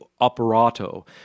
operato